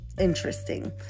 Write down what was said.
interesting